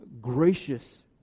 gracious